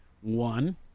One